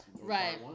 right